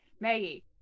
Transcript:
Maggie